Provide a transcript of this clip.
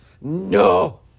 No